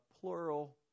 plural